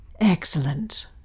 Excellent